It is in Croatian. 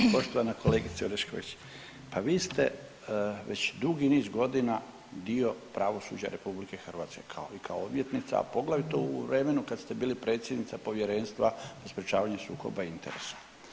Poštovana kolegice Orešković, pa vi ste već dugi niz godina dio pravosuđa RH kao odvjetnica, a poglavito u vremenu kad ste bili predsjednica Povjerenstva za sprečavanje sukoba interesa.